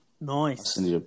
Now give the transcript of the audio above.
Nice